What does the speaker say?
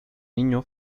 niño